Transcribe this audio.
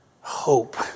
hope